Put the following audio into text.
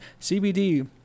CBD